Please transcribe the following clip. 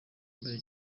mbere